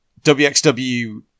WXW